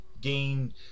gain